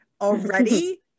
already